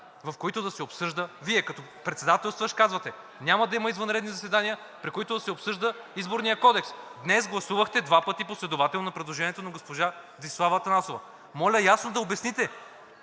в които да се обсъжда – Вие като председателстващ казвате: „Няма да има извънредни заседания, при които да се обсъжда Изборният кодекс.“ Днес гласувахте два пъти последователно на предложението на госпожа Десислава Атанасова. Моля ясно да обясните!